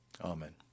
Amen